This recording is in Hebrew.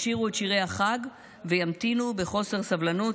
ישירו את שירי החג וימתינו בחוסר סבלנות